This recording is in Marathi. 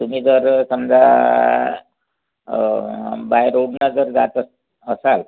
तुम्ही जर समजा बाय रोडनं जर जात असाल